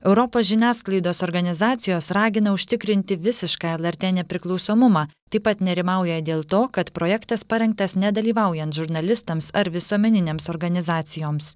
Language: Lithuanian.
europos žiniasklaidos organizacijos ragina užtikrinti visišką lrt nepriklausomumą taip pat nerimauja dėl to kad projektas parengtas nedalyvaujant žurnalistams ar visuomeninėms organizacijoms